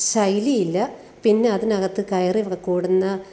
ശൈലി ഇല്ല പിന്നെ അതിനകത്ത് കയറി കൂടുന്ന